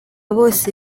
bose